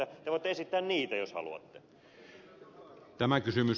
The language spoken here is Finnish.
te voitte esittää niitä jos haluatte